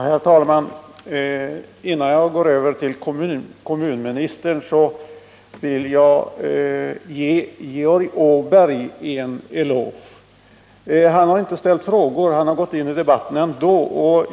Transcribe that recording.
Herr talman! Innan jag vänder mig till kommunministern vill jag ge Georg Åberg en eloge. Han tillhör inte frågeställarna men har gått in i denna debatt ändå.